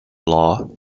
law